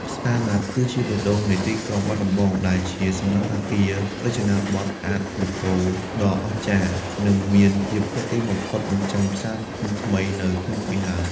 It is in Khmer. ផ្សារណាត់គឺជាបេះដូងនៃក្រុងបាត់ដំបង ដែលជាសំណង់អគាររចនាប័ទ្ម "Art Deco" ដ៏អស្ចារ្យ និងមានភាពទាក់ទាញបំផុតមិនចាញ់ផ្សារធំថ្មីនៅភ្នំពេញឡើយ។